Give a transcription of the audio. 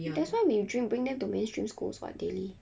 that's why we dream bring them to mainstream schools what daily